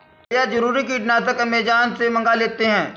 भैया जरूरी कीटनाशक अमेजॉन से मंगा लेते हैं